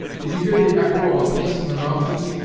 did you hear the echo of a piece in the mountains,